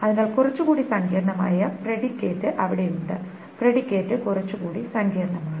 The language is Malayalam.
അതിനാൽ കുറച്ചുകൂടി സങ്കീർണ്ണമായ പ്രെഡിക്കേറ്റ് അവിടെ ഉണ്ട് പ്രെഡിക്കേറ്റ് കുറച്ചുകൂടി സങ്കീർണ്ണമാണ്